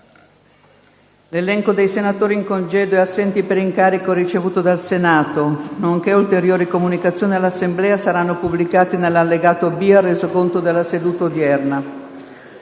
L'elenco dei senatori in congedo e assenti per incarico ricevuto dal Senato, nonché ulteriori comunicazioni all'Assemblea saranno pubblicati nell'allegato B al Resoconto della seduta odierna.